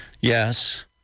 Yes